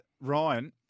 Ryan